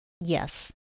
Yes